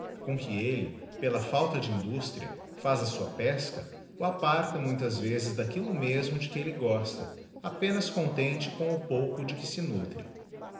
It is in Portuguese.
com que efié pía falta de industria fhz a sua pesca lá parta muitas vezes daquillo mesmo de que ehe gosta apenas conten té com o pouco de que se nutre